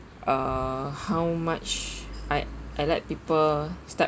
uh how much I I let people step